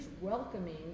welcoming